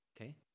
Okay